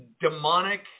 demonic